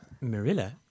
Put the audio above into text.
Marilla